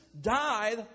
died